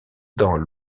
dans